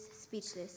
speechless